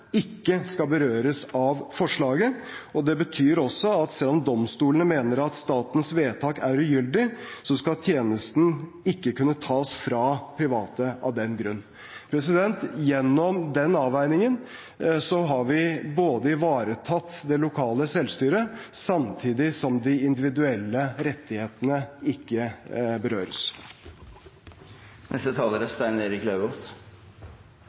ikke skal berøres av forslaget. Det betyr også at selv om domstolen mener at statens vedtak er ugyldig, skal tjenesten ikke kunne tas fra private av den grunn. Gjennom den avveiningen har vi ivaretatt det lokale selvstyret samtidig som de individuelle rettighetene ikke berøres. Jeg registrerer at representanten Jenssen fortsetter å snakke om Arbeiderpartiets prinsipielle tilnærming. Det er